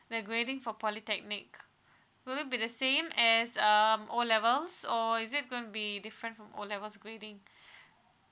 the grading for polytechnic will it be the same as um O levels or is it going to be different from O levels grading